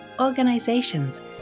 organizations